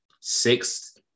sixth